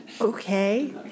Okay